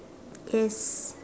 yes